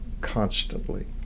constantly